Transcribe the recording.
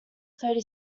thirty